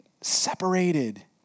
Separated